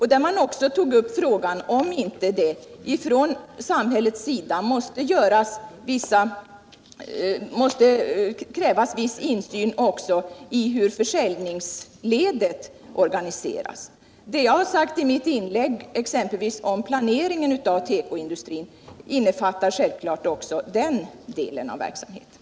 Man tog också upp frågan om det inte från samhällets sida måste krävas viss insyn i hur försäljningsledet organiseras. Det jag har sagt i mitt inlägg exempelvis om planeringen av tekoindustrin innefattar självfallet också den delen av verksamheten.